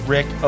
Rick